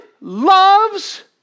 loves